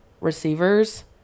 receivers